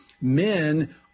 Men